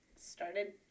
started